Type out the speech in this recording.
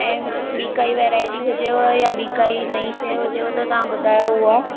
ऐं ॿी काई वेरायटी हुजेव या ॿी काई नई शइ हुजेव त ॿुधायो ऐं हूअ